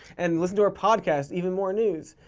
and listen to our podcast even more news,